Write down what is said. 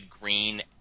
green